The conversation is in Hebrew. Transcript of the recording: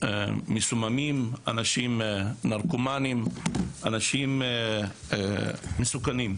אנשים מסוממים, אנשים נרקומנים, אנשים מסוכנים.